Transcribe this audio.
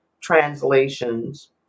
translations